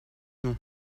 nom